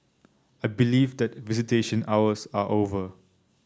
I believe that visitation hours are over